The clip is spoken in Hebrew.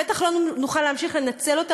בטח לא נוכל להמשיך לנצל אותה.